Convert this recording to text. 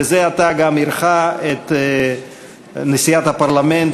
וזה עתה היא גם אירחה את נשיאת הפרלמנט